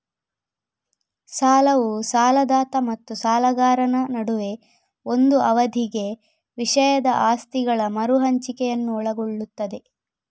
ಸಾಲವು ಸಾಲದಾತ ಮತ್ತು ಸಾಲಗಾರನ ನಡುವೆ ಒಂದು ಅವಧಿಗೆ ವಿಷಯದ ಆಸ್ತಿಗಳ ಮರು ಹಂಚಿಕೆಯನ್ನು ಒಳಗೊಳ್ಳುತ್ತದೆ